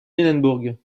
lunebourg